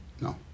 No